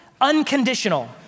unconditional